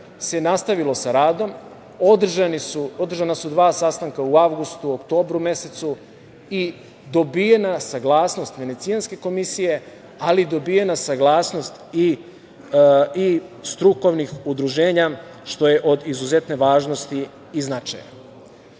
se nastavilo sa radom, održana su dva sastanka u avgustu i oktobru mesecu i dobijena je saglasnost Venecijanske komisije, ali dobijena je i saglasnost strukovnih udruženja, što je od izuzetne važnosti i značaja. Danas